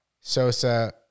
Sosa